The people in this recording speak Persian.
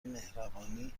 مهربانی